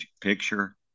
picture